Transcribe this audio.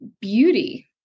beauty